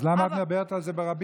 אז למה את מדברת על זה ברבים?